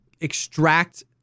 extract